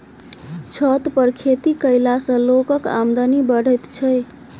छत पर खेती कयला सॅ लोकक आमदनी बढ़ैत छै